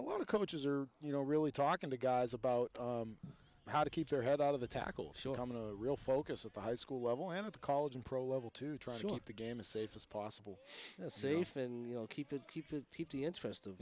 a lot of coaches are you know really talking to guys about how to keep their head out of the tackles your home in a real focus of the high school level and at the college and pro level to try to look the game as safe as possible in a safe and you know keep it keep it keep the interest of